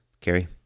Carrie